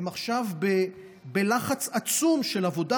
הם עכשיו בלחץ עצום של עבודה,